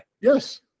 Yes